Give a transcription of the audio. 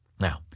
Now